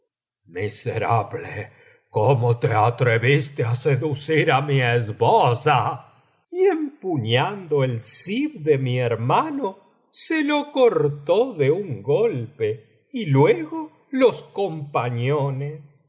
cómo te atreviste á seducir á mi esposa y empuñando el zib de mi hermano se lo cortó de un golpe y luego los compañones en